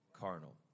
carnal